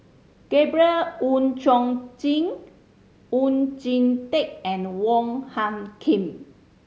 Gabriel Oon Chong Jin Oon Jin Teik and Wong Hung Khim